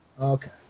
Okay